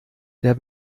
der